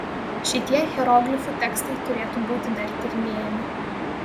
šie hieroglifų tekstai turėtų būti dar tyrinėjami